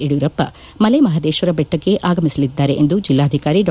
ಯಡಿಯೂರಪ್ಪ ಮಲೆ ಮಹದೇಶ್ವರ ಬೆಟ್ಟಕ್ಕೆ ಆಗಮಿಸಲಿದ್ದಾರೆ ಎಂದು ಜಿಲ್ಲಾಧಿಕಾರಿ ಡಾ